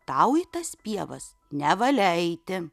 tau į tas pievas nevalia eiti